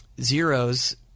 Zero's